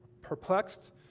Perplexed